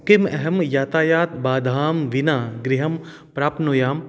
किम् अहं यातायातबाधां विना गृहं प्राप्नुयाम्